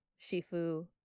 shifu